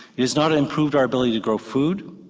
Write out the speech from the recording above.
it has not improved our ability to grow food,